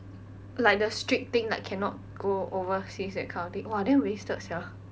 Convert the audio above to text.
like the strict thing like cannot go overseas that kind of thing !wah! damn wasted sia